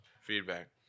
feedback